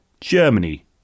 Germany